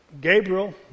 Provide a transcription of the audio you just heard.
Gabriel